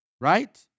right